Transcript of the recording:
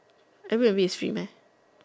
a bit a bit sweet meh